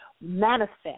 manifest